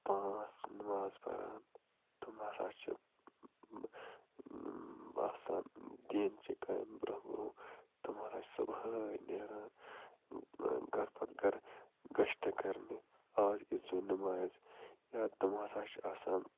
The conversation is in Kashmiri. پانٛژھ نِماز پران تِم ہسا چھِ آسان دیٖنچہِ کامہِ بروٚنٛہہ بروٚنٛہہ تِم ہسا چھِ صُبحٲے نیران گَرٕ پتہٕ گَرٕ گَشتہٕ کرنہِ آز ییٖزیو نِمازِ یا تِمو ہسا چھِ آسان